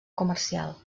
comercial